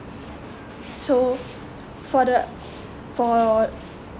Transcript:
so for the for